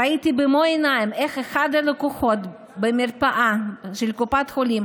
ראיתי במו עיניי איך אחד הלקוחות במרפאה של קופת החולים